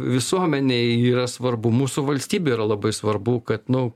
visuomenei yra svarbu mūsų valstybė yra labai svarbu kad nu